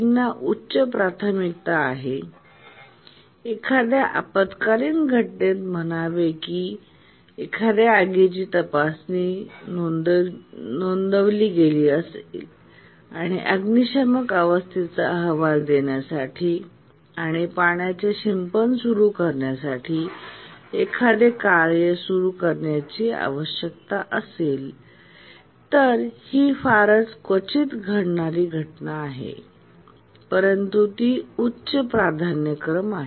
काहींना उच्च प्राथमिकता आहे एखाद्या आपातकालीन घटनेत म्हणावे की एखाद्या आगीची तपासणी नोंदवली गेली असेल आणि अग्निशामक अवस्थेचा अहवाल देण्यासाठी आणि पाण्याचे शिंपण सुरू करण्यासाठी एखादे कार्य सुरू करण्याची आवश्यकता असेल तर ही फारच क्वचित घडणारी घटना आहे परंतु ती उच्च आहे प्राधान्यक्रम